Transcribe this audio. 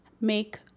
make